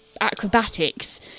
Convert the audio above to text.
acrobatics